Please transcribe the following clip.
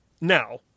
Now